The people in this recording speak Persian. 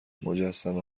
مجسمه